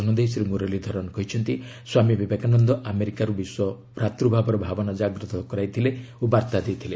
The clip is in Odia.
ଧନ ଦେଇ ଶ୍ରୀ ମୁରଲୀଧରନ୍ କହିଛନ୍ତି ସ୍ୱାମୀ ବିବେକାନନ୍ଦ ଆମେରିକାରୁ ବିଶ୍ୱ ଭ୍ରାତୃଭାବର ଭାବନା ଜାଗ୍ରତ କରାଇଥିଲେ ଓ ବାର୍ତ୍ତା ଦେଇଥିଲେ